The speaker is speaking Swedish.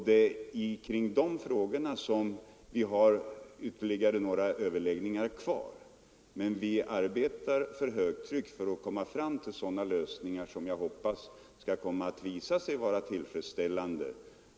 Det är i dessa frågor som det återstår ytterligare några överläggningar. Man arbetar för högtryck för att komma fram till lösningar som jag hoppas skall komma att visa sig vara tillfredsställande.